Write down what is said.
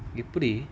எப்டி:epdi